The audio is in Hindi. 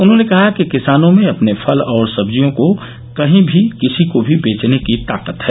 उन्होंने कहा कि किसानों में अपने फल और सब्जियों को कहीं भी किसी को भी बेचने की ताकत है